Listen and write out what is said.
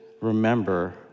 remember